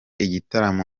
igitaramo